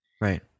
Right